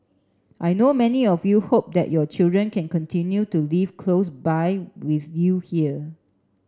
I know many of you hope that your children can continue to live close by with you here